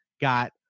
got